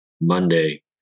Monday